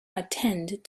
attend